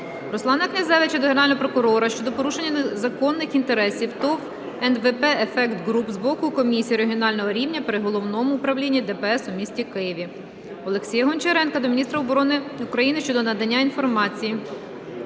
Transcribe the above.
Руслана Князевича до Генерального прокурора щодо порушення законних інтересів ТОВ "НВП "Ефект Груп" з боку Комісії Регіонального рівня при Головному управлінні ДПС у місті Києві. Олексія Гончаренка до міністра оборони України щодо надання інформації.